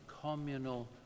communal